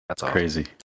crazy